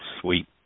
sweet